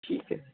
ठीक है